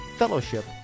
fellowship